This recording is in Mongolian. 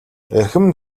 эрхэм